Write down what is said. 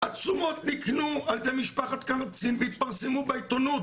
עצומות נקנו על ידי משפחת קצין והתפרסמו בעיתונות